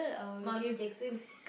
mummy Jackson